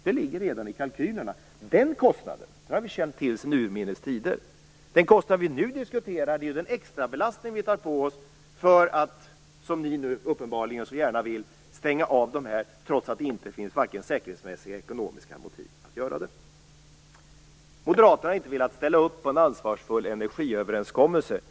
Det ligger redan i kalkylerna. Den kostnaden har vi känt till sedan urminnes tider. Den kostnad som vi nu diskuterar är den extrabelastning som vi tar på oss när vi nu - som ni uppenbarligen så gärna vill - stänger av dessa trots att det inte finns vare sig säkerhetsmässiga eller ekonomiska motiv för det. Man säger att Moderaterna inte har velat ställa upp på en ansvarsfull energiöverenskommelse.